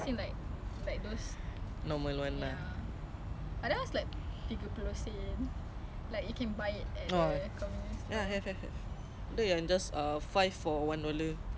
if not ah you pass around also if you still have like remaining of two they will keep stealing nah kasi kau